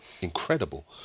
incredible